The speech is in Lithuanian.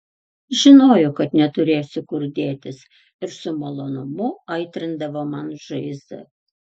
žinojo kad neturėsiu kur dėtis ir su malonumu aitrindavo man žaizdą